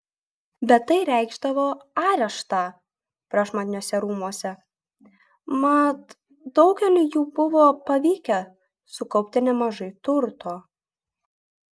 bet tai reikšdavo areštą prašmatniuose rūmuose mat daugeliui jų buvo pavykę sukaupti nemažai turto